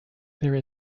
there